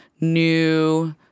new